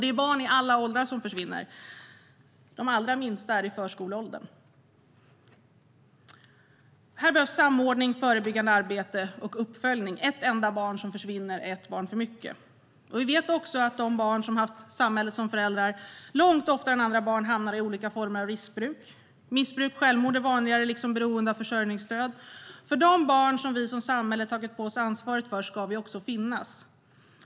Det är barn i alla åldrar som försvinner. De allra minsta är i förskoleåldern. Här behövs samordning, förebyggande arbete och uppföljning. Ett enda barn som försvinner är ett barn för mycket. Vi vet också att de barn som haft samhället som förälder långt oftare än andra barn hamnar i olika former av riskbruk. Missbruk och självmord är vanligare liksom beroende av försörjningsstöd. De barn som vi som samhälle tagit på oss ansvaret för ska vi också finnas för.